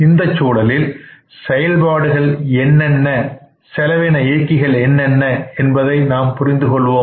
இந்த சூழலில் செயல்பாடுகள் என்னென்ன செலவின இயக்கிகள் என்னென்ன என்பதை நாம் புரிந்துகொள்வோமாக